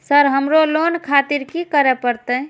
Sir हमरो loan ले खातिर की करें परतें?